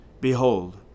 Behold